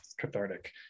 cathartic